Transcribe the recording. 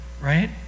Right